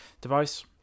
device